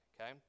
okay